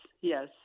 yes